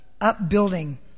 upbuilding